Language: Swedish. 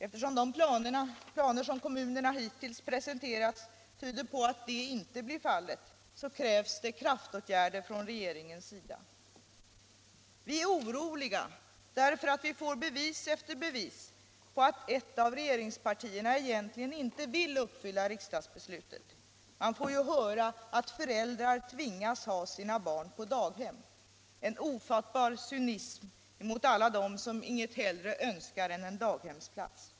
Eftersom de planer som kommunerna hittills presenterat tyder på att det inte kommer att ske så krävs det kraftåtgärder från regeringens sida. Vi är oroliga därför att vi får bevis efter bevis på att ett av regeringspartierna egentligen inte vill följa riksdagsbeslutet. Man får ju höra att föräldrar tvingas ha sina barn på daghem — en ofattbar cynism mot alla dem som inget högre önskar än att få en daghemsplats.